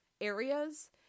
areas